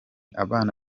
abana